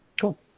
Cool